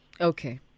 Okay